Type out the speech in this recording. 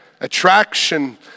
attraction